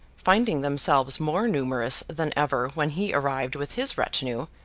finding themselves more numerous than ever when he arrived with his retinue,